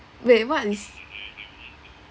wait what is